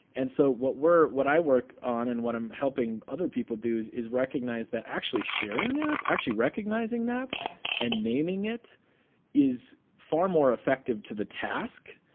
and so what we're what i work on and what i'm helping other people do is is recognize that actually sharing that, actually recognizing that and naming it is far more effective to the task.